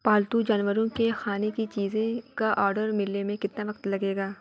پالتو جانوروں کے کھانے کی چیزیں کا آرڈر ملنے میں کتنا وقت لگے گا